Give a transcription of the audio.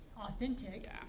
authentic